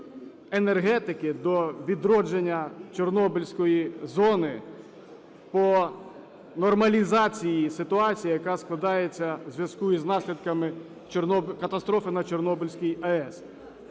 енергетики, до відродження Чорнобильської зони по нормалізації ситуації, яка складається в зв'язку із наслідками катастрофи на Чорнобильській АЕС.